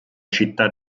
città